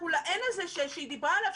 אנחנו ל-N הזה שהיא דיברה עליו,